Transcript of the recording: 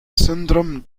syndrome